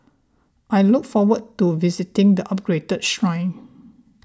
I look forward to visiting the upgraded shrine